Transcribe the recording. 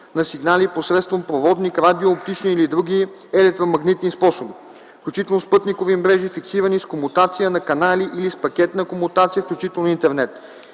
на сигнали посредством проводник, радио, оптични или други електромагнитни способи, включително спътникови мрежи, фиксирани (с комутация на канали или с пакетна комутация, включително интернет)